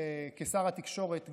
כשר התקשורת,